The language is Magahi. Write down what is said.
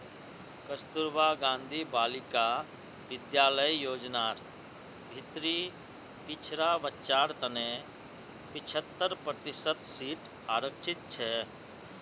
कस्तूरबा गांधी बालिका विद्यालय योजनार भीतरी पिछड़ा बच्चार तने पिछत्तर प्रतिशत सीट आरक्षित छे